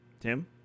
Tim